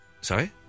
Sorry